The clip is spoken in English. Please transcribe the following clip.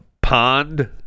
pond